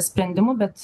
sprendimų bet